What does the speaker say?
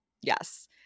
yes